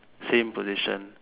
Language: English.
same position